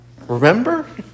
Remember